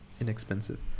inexpensive